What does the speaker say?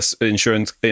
insurance